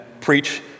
preach